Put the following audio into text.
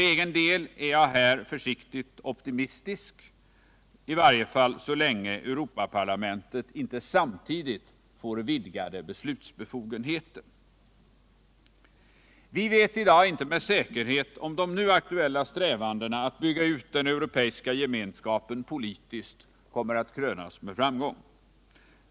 Själv är jag försiktigt optimistisk för Europarådets del, i varje fall så länge Europaparlamentet inte samtidigt får vidgade beslutsbefogenheter. Vi vet i dag inte med säkerhet om de nu aktuella strävandena att bygga ut den Europeiska Gemenskapen politiskt kommer att krönas med framgång.